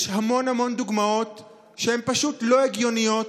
יש המון המון דוגמאות שהן פשוט לא הגיוניות,